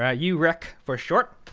ah ureq for short.